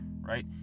right